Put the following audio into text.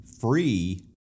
free